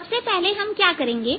सबसे पहले हम क्या करेंगे